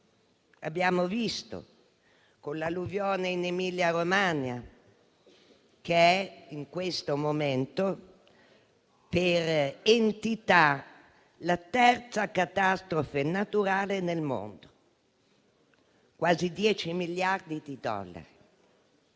abbiamo visto con l'alluvione in Emilia-Romagna, che in questo momento, per entità, è la terza catastrofe naturale nel mondo: quasi 10 miliardi di dollari.